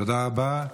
תודה רבה.